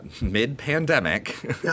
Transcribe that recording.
mid-pandemic